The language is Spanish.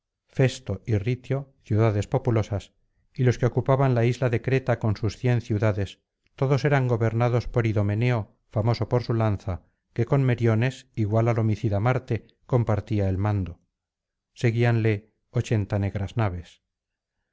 festo y ritió ciudades populosas y los que ocupaban la isla de creta con sus cien ciudades todos eran gobernados por idomeneo famoso por su lanza que con meriones igual al homicida marte compartía el mando seguíanle ochenta negras naves